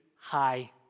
high